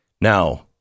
Now